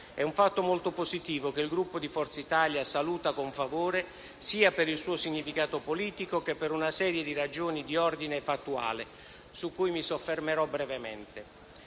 è un fatto molto positivo, che il Gruppo di Forza Italia saluta con favore, sia per il suo significato politico, sia per una serie di ragioni di ordine fattuale, su cui mi soffermerò brevemente.